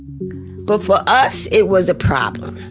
but for us, it was a problem.